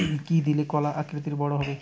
কি দিলে কলা আকৃতিতে বড় হবে?